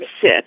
sit